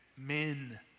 men